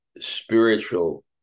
spiritual